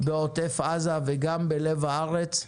בעוטף עזה וגם במרכז הארץ.